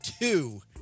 two